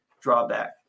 drawback